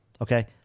Okay